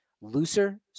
looser